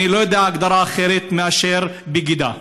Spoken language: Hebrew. אני לא יודע הגדרה אחרת מאשר: בגידה.